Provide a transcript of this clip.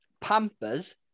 Pampers